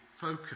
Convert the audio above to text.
focus